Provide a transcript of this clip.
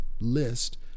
list